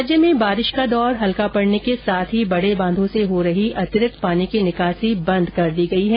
राज्य में बारिश का दौर हल्का पड़ने के साथ ही बड़े बांधों से हो रही अतिरिक्त पानी की निकासी बंद कर दी गई है